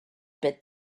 bit